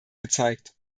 gezeigt